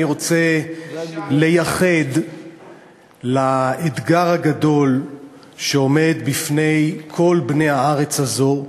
אני רוצה לייחד לאתגר הגדול שעומד בפני כל בני הארץ הזאת,